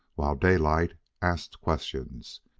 while daylight asked questions.